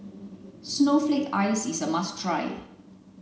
snowflake ice is a must try